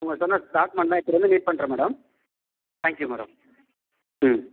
அவங்க சொன்ன டாக்குமெண்ட்லாம் எடுத்துகிட்டு வந்து மீட் பண்ணுறேன் மேடம் தேங்க் யூ மேடம் ம்